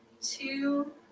two